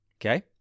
okay